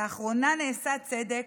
לאחרונה נעשה צדק,